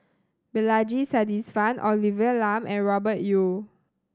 Balaji Sadasivan Olivia Lum and Robert Yeo